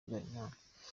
habyarimana